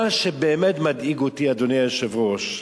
מה שבאמת מדאיג אותי, אדוני היושב-ראש,